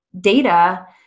data